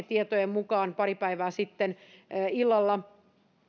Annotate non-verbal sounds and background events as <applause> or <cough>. <unintelligible> tietojen mukaan pari päivää sitten illalla